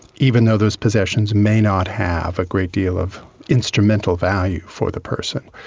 even though those possessions may not have a great deal of instrumental value for the person.